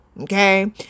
Okay